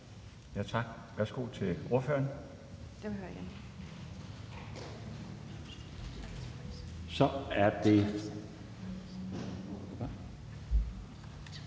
Tak. Værsgo til ordføreren.